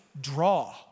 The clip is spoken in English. draw